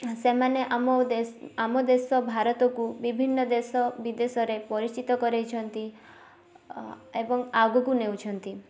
ସେମାନେ ଆମ ଦେଶ ଆମ ଦେଶ ଭାରତକୁ ବିଭିନ୍ନ ଦେଶ ବିଦେଶରେ ପରିଚିତ କରଇଛନ୍ତି ଏବଂ ଆଗକୁ ନେଉଛନ୍ତି